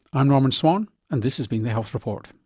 i'm norman swan and this has been the health report